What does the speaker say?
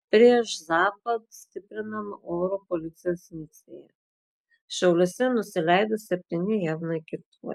prieš zapad stiprinama oro policijos misija šiauliuose nusileido septyni jav naikintuvai